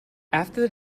after